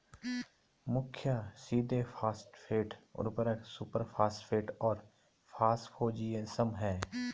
मुख्य सीधे फॉस्फेट उर्वरक सुपरफॉस्फेट और फॉस्फोजिप्सम हैं